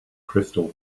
crystal